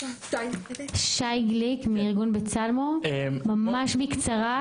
שי גליק מארגון בצלמו, ממש בקצרה.